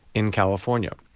in california.